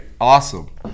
Awesome